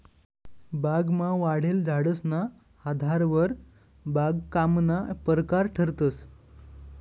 बागमा वाढेल झाडेसना आधारवर बागकामना परकार ठरतंस